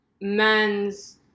men's